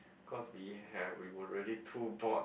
cause we have we already too bored